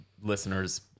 listeners